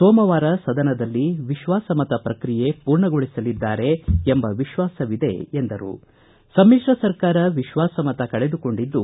ಸೋಮವಾರ ಸದನದಲ್ಲಿ ವಿಶ್ವಾಸ ಮತ ಪ್ರಕ್ರಿಯೆ ಪೂರ್ಣಗೊಳಿಸಲಿದ್ದಾರೆ ಎಂಬ ವಿಶ್ವಾಸವಿದೆ ಎಂದ ಅವರು ಸಮಿತ್ರ ಸರ್ಕಾರ ವಿಶ್ವಾಸ ಮತ ಕಳೆದುಕೊಂಡಿದ್ದು